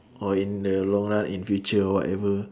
or in the long run in future or whatever